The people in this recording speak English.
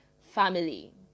family